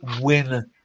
win